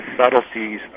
subtleties